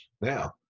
Now